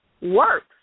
works